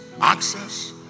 access